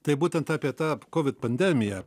tai būtent apie tą covid pandemiją